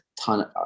ton